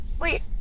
Wait